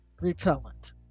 repellent